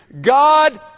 God